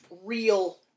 real